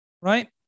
Right